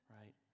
Right